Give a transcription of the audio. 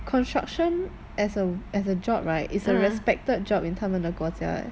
construction as a as a job right is a respected job in 他们的国家